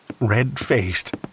red-faced